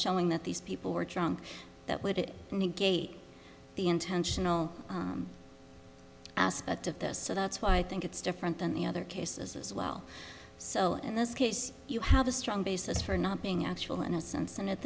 showing that these people were drunk that would negate the intentional aspect of this so that's why i think it's different than the other cases as well so in this case you have a strong basis for not being actual innocence and at